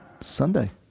Sunday